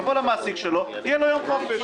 יבוא למעסיק שלו ויהיה לו יום חופש.